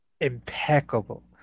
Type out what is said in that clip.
impeccable